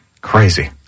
Crazy